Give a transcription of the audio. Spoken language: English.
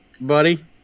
Buddy